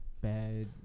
bad